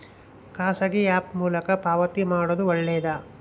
ಖಾಸಗಿ ಆ್ಯಪ್ ಮೂಲಕ ಪಾವತಿ ಮಾಡೋದು ಒಳ್ಳೆದಾ?